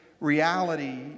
reality